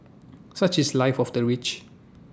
such is life of the rich